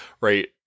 right